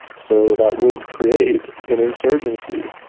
so that would create an insurgency.